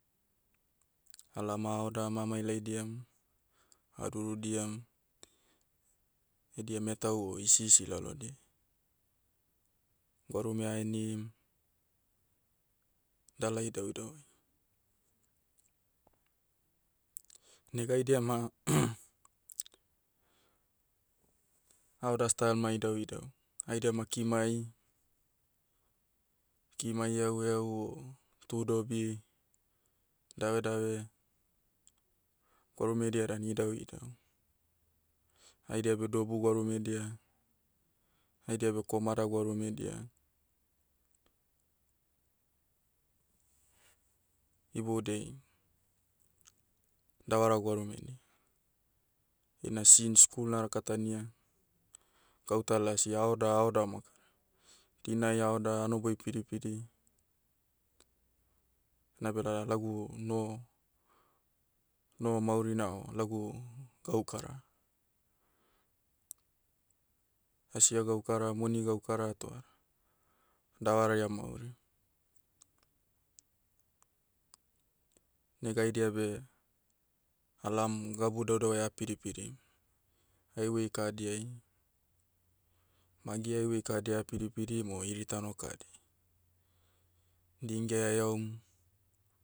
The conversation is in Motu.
Alaom ah haodam amailaidiam, adurudiam, edia metau o hisi isi lalodiai. Gwarume ahenim, dala idauidauai. Nega haidia ma, haoda style ma idauidau. Haidia ma kimai. Kimai eaueau o, tudobi, davedave, gwarumedia dan idauidau. Haidia beh dobu gwarumedia, haidia beh komada gwarumedia, iboudiai, davara gwarumedi. Ina since school narakatania, gauta lasi haoda haoda moka. Dinai haoda hanoboi pidipidi. Enabeda lagu noho- noho maurina o lagu, gaukara. Asia gaukara moni gaukara toa, davarai amaurim. Nega haidia beh, alaom, gabu daudauai ah pidipidim. Highway kahadiai. Magi highway kahadia ah pidipidim o hiritano kadi. Dingiai aheaum,